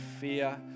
fear